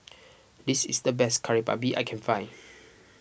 this is the best Kari Babi I can find